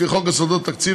לפי חוק יסודות התקציב,